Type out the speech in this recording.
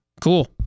Cool